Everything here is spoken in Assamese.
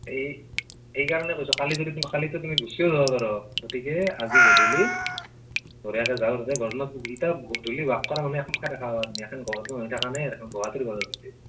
এই এই এইকাৰণে কৈছোঁ কালি যদি তুমি কালিতো তুমি গুচিও যাব পাৰ গতিকে আজি গধূলি বঢ়িয়াকৈ যাওঁ তাতে গৰমত এতিয়া গধূলি ৱাক কৰা মানুহ একমখা দেখা পাবা এতিয়া আগৰ গৰম হৈ থকা নাই আৰু গুৱাহাটীৰ গৰম হৈছে